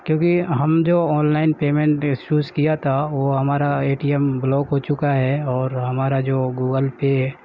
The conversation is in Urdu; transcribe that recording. کیونکہ ہم جو آن لائن پیمینٹ چوز کیا تھا وہ ہمارا اے ٹی ایم بلاک ہو چکا ہے اور ہمارا جو گوگل پے ہے